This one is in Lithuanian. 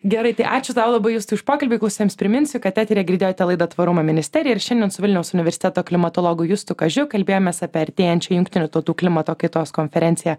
gerai tai ačiū tau labai justai už pokalbį klausytojams priminsiu kad etery girdėjote laidą tvarumo ministerija ir šiandien su vilniaus universiteto klimatologu justu kažiu kalbėjomės apie artėjančią jungtinių tautų klimato kaitos konferenciją